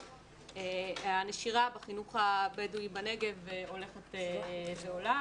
הנשירה בחינוך הבדואי בנגב הולכת ועולה